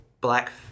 black